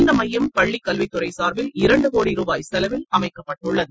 இந்த மையம் பள்ளிக்கல்வித்துறை சார்பில் இரண்டு கோடி ரூபாய் செலவில் அமைக்கப்பட்டுள்ளது